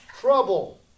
trouble